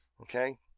okay